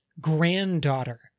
granddaughter